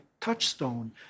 touchstone